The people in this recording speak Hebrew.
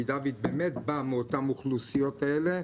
כי דוד באמת בא מאותן אוכלוסיות האלה,